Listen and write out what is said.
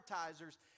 advertisers